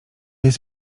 jest